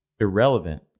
Irrelevant